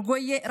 ארגויה,